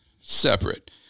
separate